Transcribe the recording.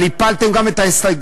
אבל הפלתם גם את ההסתייגויות.